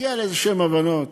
נגיע לאיזשהן הבנות.